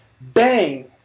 bang